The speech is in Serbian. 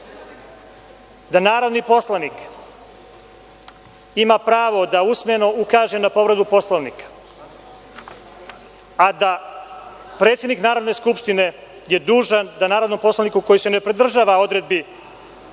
„Narodni poslanik ima pravo da usmeno ukaže na povredu Poslovnika, a da je predsednik Narodne skupštine dužan da narodnom poslaniku koji se ne pridržava odredbi iz